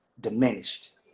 diminished